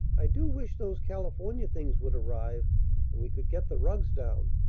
i do wish those california things would arrive and we could get the rugs down.